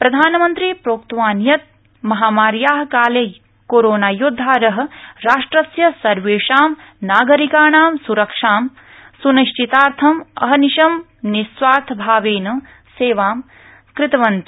प्रधानमन्त्री प्रोक्तवान् यत् महामार्या काले कोरोना योदधार राष्ट्रस्य सर्वेषां नागरिकाणां स्रक्षां स्निश्चितार्थम् अनिशं निस्वार्थ भावेन सेवां कृतवन्त